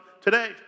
today